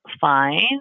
fine